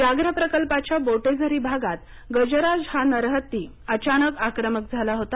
व्याघ्र प्रकल्पाच्या बोटेझरी भागात गजराज हा नर हत्ती अचानक आक्रमक झाला होता